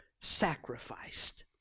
sacrificed